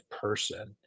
person